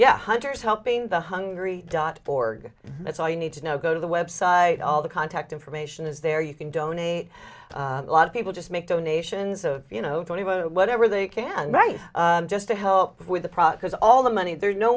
yeah hunters helping the hungry dot org that's all you need to know go to the website all the contact information is there you can donate a lot of people just make donations of you know twenty whatever they can write just to help with the product has all the money there no